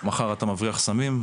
מחר אתה מבריח סמים,